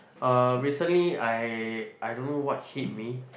uh recently I I don't know what hit me